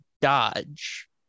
dodge